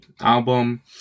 album